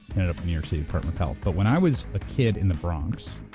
and new york city department of health. but when i was a kid in the bronx